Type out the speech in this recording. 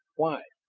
why?